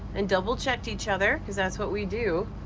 and double-checked each other cause that's what we do.